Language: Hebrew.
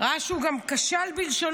ראה שהוא גם כשל בלשונו,